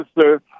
sir